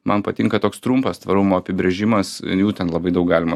man patinka toks trumpas tvarumo apibrėžimas jų ten labai daug galima